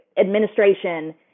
administration